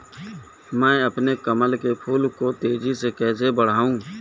मैं अपने कमल के फूल को तेजी से कैसे बढाऊं?